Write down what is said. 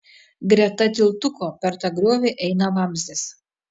greta tiltuko per tą griovį eina vamzdis